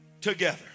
together